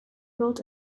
built